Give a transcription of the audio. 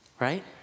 right